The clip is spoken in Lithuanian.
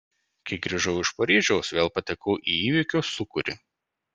kai grįžau iš paryžiaus vėl patekau į įvykių sūkurį